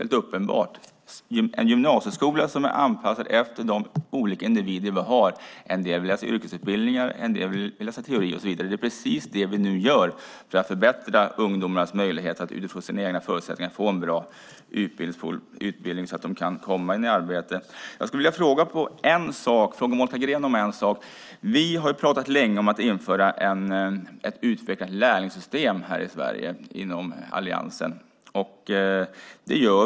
Vi anpassar nu gymnasieskolan efter individen - en del vill ha en yrkesutbildning, andra vill läsa teori - för att förbättra ungdomars möjlighet att utifrån sina egna förutsättningar få en bra utbildning så att de kan komma i arbete. Jag har en fråga till Monica Green. Vi inom Alliansen har pratat länge om att införa ett utvecklat lärlingssystem.